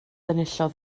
enillodd